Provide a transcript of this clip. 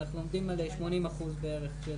אנחנו עומדים על 80% בערך.